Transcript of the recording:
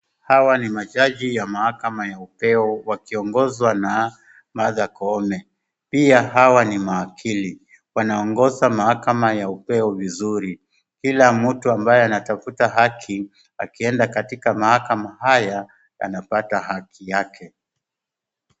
Hawa ni majaji ya mahakama ya upeo wakiongozwa na Martha Koome. Pia hawa ni mawakili, wanaongoza mahakam ya upeo vizuri. Kila mtu ambaye anatafuta haki akienda katika mahakama haya anapata haki yake.